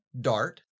Dart